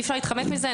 אי אפשר להתחמק מזה,